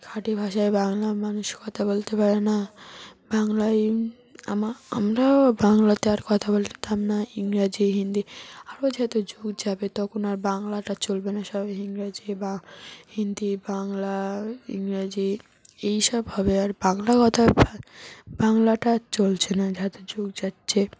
খাঁটি ভাষায় বাংলা মানুষ কথা বলতে পারে না বাংলায় আম আমরাও বাংলাতে আর কথা বলতাম না ইংরাজি হিন্দি আরও যত যুগ যাবে তখন আর বাংলাটা চলবে না সবাই ইংরাজি বা হিন্দি বাংলা ইংরাজি এইসব হবে আর বাংলা কথা বাংলাটা আর চলছে না যত যুগ যাচ্ছে